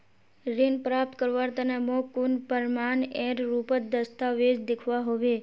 ऋण प्राप्त करवार तने मोक कुन प्रमाणएर रुपोत दस्तावेज दिखवा होबे?